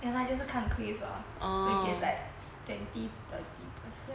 ya lah 就是看 quiz lor which is like twenty thirty percent